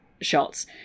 shots